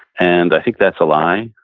and i think that's a lie.